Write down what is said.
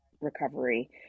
recovery